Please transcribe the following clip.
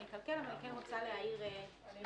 אני רוצה להעיר.